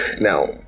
now